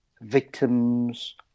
victims